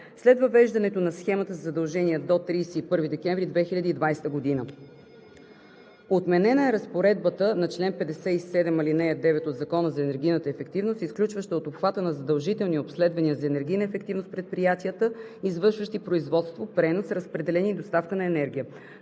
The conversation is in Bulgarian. след въвеждането на схемата за задължения до 31 декември 2020 г. Отменена е разпоредбата на чл. 57, ал. 9 от Закона за енергийната ефективност, изключваща от обхвата на задължителни обследвания за енергийна ефективност предприятията, извършващи производство, пренос, разпределение и доставка на енергия.